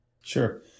Sure